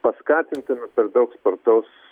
paskatintinus per daug spartaus